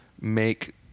make